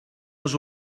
les